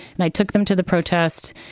and i took them to the protest.